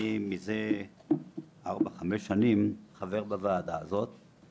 אני מזה ארבע, חמש שנים, חבר בוועדה הזאת,